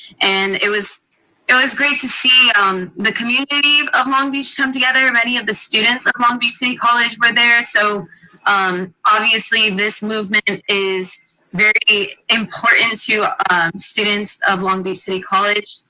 and it was it was great to see um the community of long beach come together. many of the students of long beach city college were there, so um obviously this movement is very important to students of long beach city college.